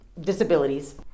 disabilities